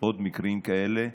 ועוד מקרים כאלה.